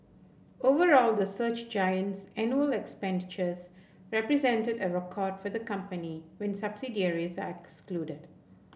overall the search giant's annual expenditures represented a record for the company when subsidiaries are excluded